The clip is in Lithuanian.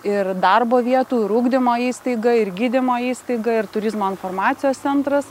ir darbo vietų ir ugdymo įstaiga ir gydymo įstaiga ir turizmo informacijos centras